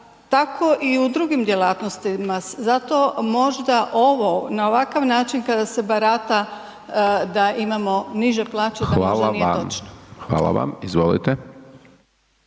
Tako i u drugim djelatnostima, zato možda ovo na ovakav način kada se barata da imamo niže plaće .../Govornik se ne razumije./... nije